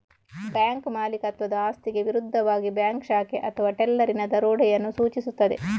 bank ಮಾಲೀಕತ್ವದ ಆಸ್ತಿಗೆ ವಿರುದ್ಧವಾಗಿ ಬ್ಯಾಂಕ್ ಶಾಖೆ ಅಥವಾ ಟೆಲ್ಲರಿನ ದರೋಡೆಯನ್ನು ಸೂಚಿಸುತ್ತದೆ